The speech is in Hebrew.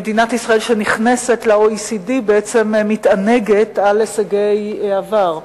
מדינת ישראל שנכנסת ל-OECD בעצם מתענגת על הישגי העבר.